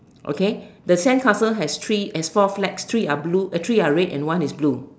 okay the sandcastle has three has four flags three are blue three are red and one is blue